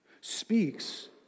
speaks